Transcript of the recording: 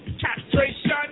castration